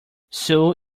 sue